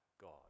God